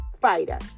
fighter